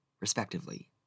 respectively